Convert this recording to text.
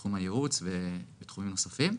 בתחום הייעוץ ובתחומים נוספים,